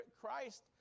Christ